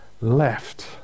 left